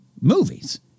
movies